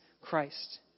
Christ